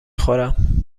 خورم